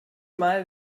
mal